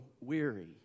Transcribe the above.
weary